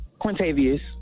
Quintavious